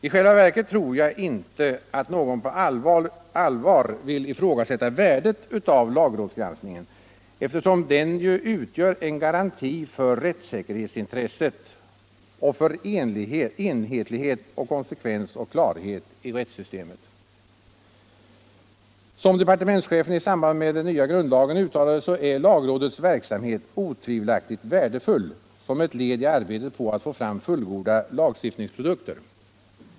I själva verket tror jag inte att någon på allvar vill ifrågasätta värdet av lagrådsgranskningen, eftersom den utgör en garanti för rättssäkerhetsintressen och för enhetlighet, konsekvens och klarhet i rättssystemet. Som departementschefen i samband med den nya grundlagen uttalade är lagrådets verksamhet otvivelaktigt värdefull som ett led i arbetet på att få fram fullgoda lagstiftningsprodukter.